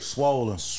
Swollen